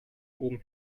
oben